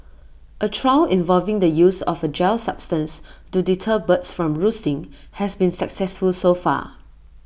A trial involving the use of A gel substance to deter birds from roosting has been successful so far